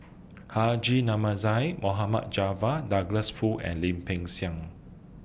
Haji Namazie Mohd Javad Douglas Foo and Lim Peng Siang